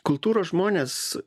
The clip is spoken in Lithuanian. kultūros žmonės